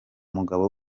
mugaba